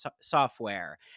software